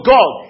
God